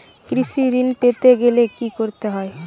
কৃষি ঋণ পেতে গেলে কি করতে হবে?